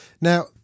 now